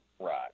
right